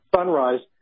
Sunrise